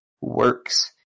works